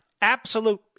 absolute